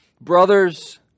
Brothers